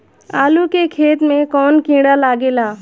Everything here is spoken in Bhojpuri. आलू के खेत मे कौन किड़ा लागे ला?